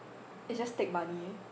it just take money